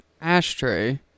ashtray